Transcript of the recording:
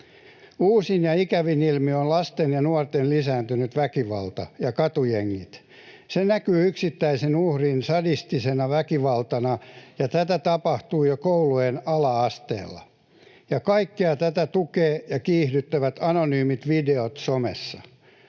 Uusin ja ikävin ilmiö on lasten ja nuorten lisääntynyt väkivalta ja katujengit. Se näkyy yksittäiselle uhrille sadistisena väkivaltana, ja tätä tapahtuu jo koulujen ala-asteilla. Ja kaikkea tätä tukevat ja kiihdyttävät anonyymit videot somessa.